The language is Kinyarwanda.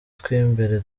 tw’imbere